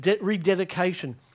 rededication